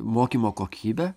mokymo kokybę